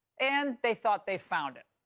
and they thought they found it.